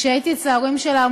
וכשהייתי אצל ההורים שלה,